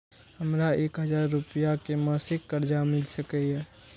हमरा एक हजार रुपया के मासिक कर्जा मिल सकैये?